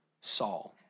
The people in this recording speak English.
Saul